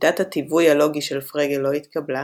שיטת התיווי הלוגי של פרגה לא התקבלה,